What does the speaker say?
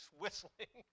whistling